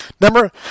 Number